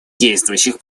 действующих